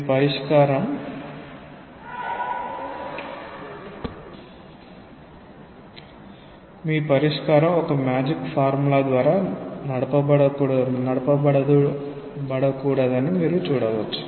కాబట్టి మీ పరిష్కారం ఒక మ్యాజిక్ ఫార్ములా ద్వారా నడపబడకూడదని మీరు చూడవచ్చు